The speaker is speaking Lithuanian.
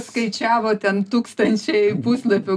skaičiavo ten tūkstančiai puslapių